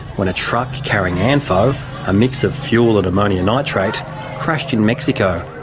when a truck carrying anfo a mix of fuel and ammonia nitrate crashed in mexico,